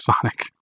Sonic